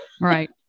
right